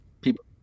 People